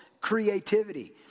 creativity